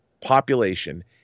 population